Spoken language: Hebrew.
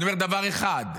אני אומר דבר אחד: